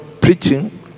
preaching